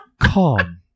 Calm